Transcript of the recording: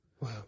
Wow